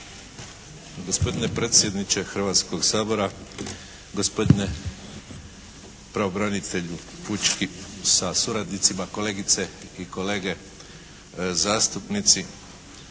Gospodine predsjedniče Hrvatskog sabora, gospodine pravobranitelju pučki sa suradnicima, kolegice i kolege zastupnici.